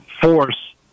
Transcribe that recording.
force